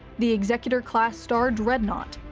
the executor class star dreadnought,